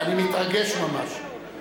אני מתרגש ממש.